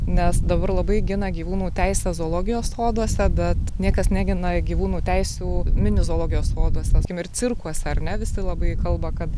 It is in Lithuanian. nes dabar labai gina gyvūnų teises zoologijos soduose bet niekas negina gyvūnų teisių mini zoologijos soduose tarkim ir cirkuose ar ne visi labai kalba kad